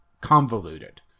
convoluted